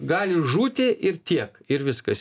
gali žūti ir tiek ir viskas